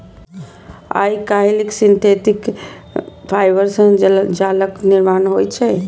आइकाल्हि synthetic fibre सं जालक निर्माण होइ छै